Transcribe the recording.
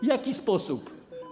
W jaki sposób?